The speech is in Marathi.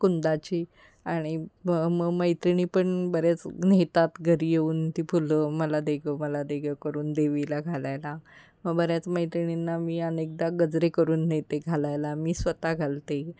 कुंदाची आणि मग मग मैत्रिणी पण बऱ्याच नेतात घरी येऊन ती फुलं मला दे गं मला दे गं करून देवीला घालायला मग बऱ्याच मैत्रिणींना मी अनेकदा गजरे करून नेते घालायला मी स्वत घालते